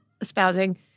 espousing